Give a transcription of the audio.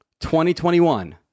2021